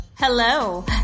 Hello